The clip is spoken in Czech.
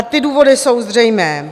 Ty důvody jsou zřejmé.